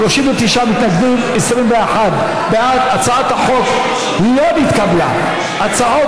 ההצעה להעביר לוועדה את הצעת חוק ערבות למשכנתאות (תיקון,